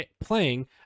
playing